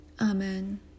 Amen